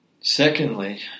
Secondly